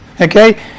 Okay